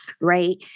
right